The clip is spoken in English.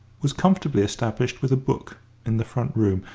was comfortably established with a book in the front room,